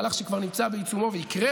מהלך שכבר נמצא בעיצומו ויקרה,